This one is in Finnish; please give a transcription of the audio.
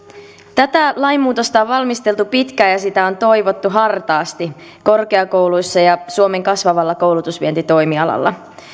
tätä lainmuutosta on valmisteltu pitkään ja sitä on toivottu hartaasti korkeakouluissa ja suomen kasvavalla koulutusvientitoimialalla